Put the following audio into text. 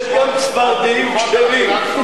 יש גם צפרדעים כשרות.